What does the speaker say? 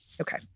Okay